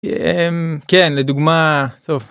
כן לדוגמה טוב.